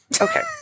Okay